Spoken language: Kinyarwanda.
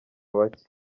bake